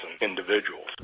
individuals